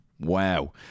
Wow